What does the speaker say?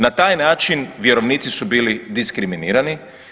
Na taj način vjerovnici su bili diskriminirani.